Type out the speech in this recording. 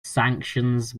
sanctions